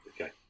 Okay